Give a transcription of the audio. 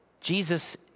Jesus